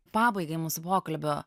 pabaigai mūsų pokalbio